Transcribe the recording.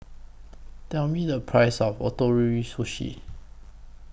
Tell Me The Price of Ootoro Sushi